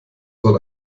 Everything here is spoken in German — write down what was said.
soll